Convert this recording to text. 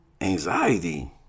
anxiety